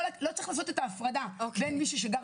לא צריך לעשות את ההפרדה בין מי שגר